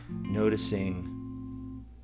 noticing